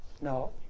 No